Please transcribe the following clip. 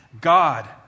God